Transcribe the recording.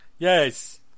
Yes